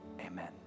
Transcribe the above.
Amen